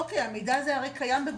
אוקיי, המידע הזה הרי קיים.